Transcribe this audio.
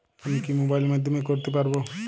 আমি কি মোবাইলের মাধ্যমে করতে পারব?